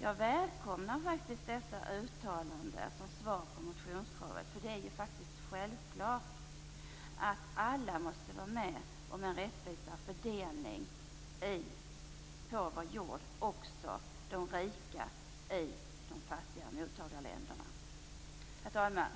Jag välkomnar faktiskt dessa uttalanden som svar på motionskravet. Det är självklart att alla måste vara med och bidra till en rättvisare fördelning på vår jord, också de rika i de fattiga mottagarländerna. Herr talman!